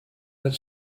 that